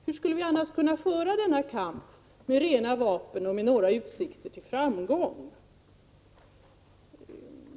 Hur skulle vi annars kunna föra kampen med rena vapen och med några utsikter till framgång?